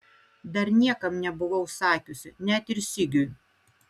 dar niekam nebuvau sakiusi net ir sigiui